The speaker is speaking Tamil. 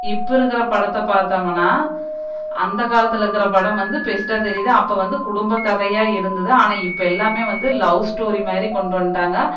இப்போ இருக்கிற படத்தை பார்த்தோமுன்னா அந்த காலத்தில் இருக்கிற படம் வந்து பெஸ்ட்டாக தெரியுது அப்போ வந்து குடும்ப கதையாக இருந்தது ஆனால் இப்போ எல்லாமே வந்து லவ் ஸ்டோரி மாதிரி கொண்டு வந்துட்டாங்க